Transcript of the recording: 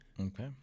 Okay